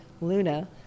Luna